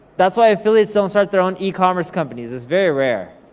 that's why affiliates don't start their own e-commerce companies, it's very rare,